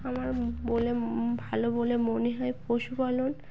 আমার বলে ভালো বলে মনে হয় পশুপালন